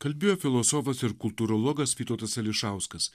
kalbėjo filosofas ir kultūrologas vytautas ališauskas